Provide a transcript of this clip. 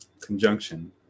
conjunction